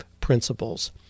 principles